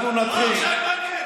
עכשיו זה, עכשיו מעניין.